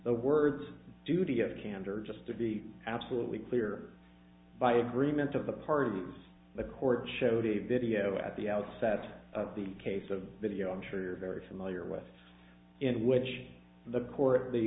the words duty of candor just to be absolutely clear by agreement of the pardons the court showed a video at the outset of the case the video i'm sure you're very familiar with in which the court the